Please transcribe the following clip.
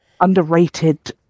underrated